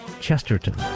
Chesterton